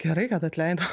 gerai kad atleido